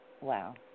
wow